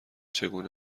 چگونه